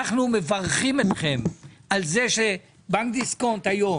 אנו מברכים אתכם על שבנק דיסקונט היום